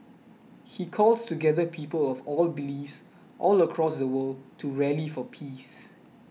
he calls together people of all beliefs all across the world to rally for peace